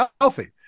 healthy